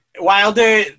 Wilder